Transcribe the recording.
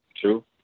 true